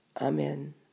Amen